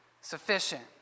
sufficient